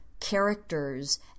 characters